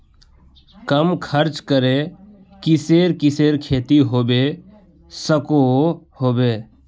कम खर्च करे किसेर किसेर खेती होबे सकोहो होबे?